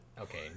okay